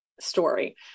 story